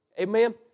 Amen